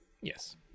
Yes